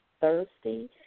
thirsty